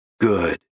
Good